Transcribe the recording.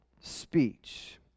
speech